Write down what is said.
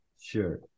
Sure